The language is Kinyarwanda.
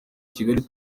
kigali